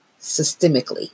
systemically